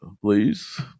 please